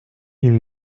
این